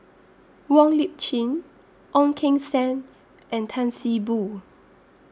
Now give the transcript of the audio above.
Wong Lip Chin Ong Keng Sen and Tan See Boo